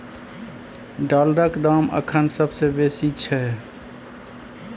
डॉलरक दाम अखन सबसे बेसी छै